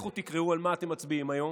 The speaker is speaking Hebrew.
לכו תקראו על מה אתם מצביעים היום.